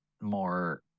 more